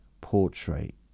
portrait